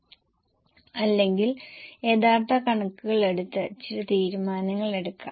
അപ്രസക്തമായ ധാരാളം ഡാറ്റ ഉണ്ടായിരിക്കാം എന്നാൽ വളരെ പ്രധാനപ്പെട്ട ചില ഡാറ്റ ഉണ്ടാകും